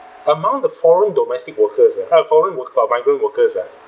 among the foreign domestic workers uh uh foreign work uh migrant workers uh